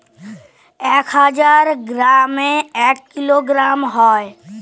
এক হাজার গ্রামে এক কিলোগ্রাম হয়